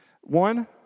One